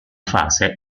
fase